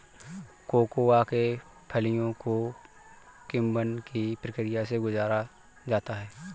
cocoa के फलियों को किण्वन की प्रक्रिया से गुजारा जाता है